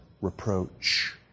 reproach